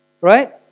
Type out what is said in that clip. Right